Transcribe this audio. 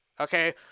okay